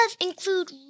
include